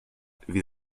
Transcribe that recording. wie